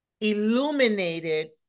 illuminated